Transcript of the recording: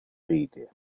ride